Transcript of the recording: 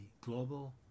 Global